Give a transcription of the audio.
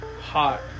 hot